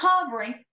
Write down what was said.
covering